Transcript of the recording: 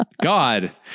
God